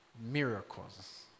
miracles